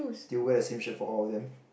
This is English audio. they wear the same shirt for all of them